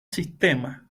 sistema